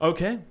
Okay